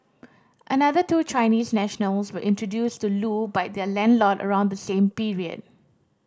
another two Chinese nationals were introduced to Loo by their landlord around the same period